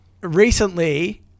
Recently